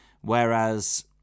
Whereas